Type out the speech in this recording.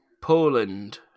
Poland